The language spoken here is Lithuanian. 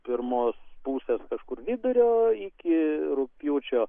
pirmos pusės kažkur vidurio iki rugpjūčio